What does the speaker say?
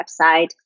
website